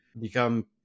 become